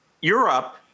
Europe